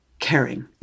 caring